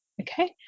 Okay